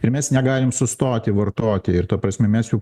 ir mes negalim sustoti vartoti ir ta prasme mes jau